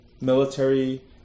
military